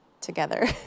together